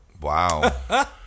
Wow